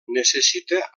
necessita